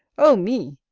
oh me!